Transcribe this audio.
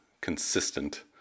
consistent